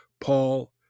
Paul